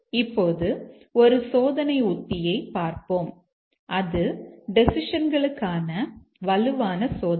இப்போது ஒரு சோதனை உத்தியை பார்ப்போம் அது டெசிஷன்களுக்கான வலுவான சோதனை